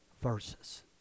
verses